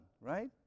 right